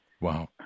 Wow